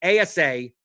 ASA